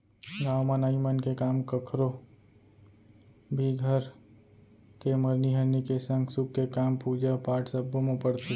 गाँव म नाई मन के काम कखरो भी घर के मरनी हरनी के संग सुख के काम, पूजा पाठ सब्बो म परथे